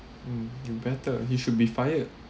mm you better he should be fired